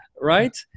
right